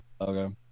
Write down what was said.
Okay